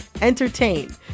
entertain